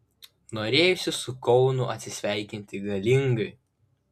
norėjosi su kaunu atsisveikinti galingai